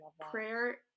prayer